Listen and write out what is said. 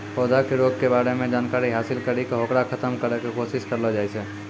पौधा के रोग के बारे मॅ जानकारी हासिल करी क होकरा खत्म करै के कोशिश करलो जाय छै